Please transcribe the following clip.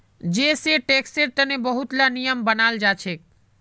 जै सै टैक्सेर तने बहुत ला नियम बनाल जाछेक